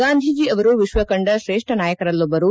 ಗಾಂಧಿ ಅವರು ವಿಶ್ಲ ಕಂಡ ಶ್ರೇಷ್ಠ ನಾಯಕರಲ್ಲೊಬ್ಬರು